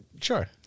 Sure